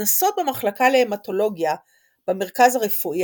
להתנסות במחלקה להמטולוגיה במרכז רפואי